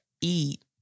eat